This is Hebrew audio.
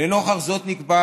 לנוכח זאת, נקבע